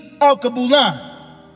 Al-Kabulan